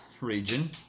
region